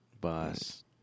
Boss